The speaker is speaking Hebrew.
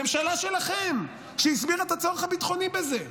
ממשלה שלכם שהסבירה את הצורך הביטחוני בזה.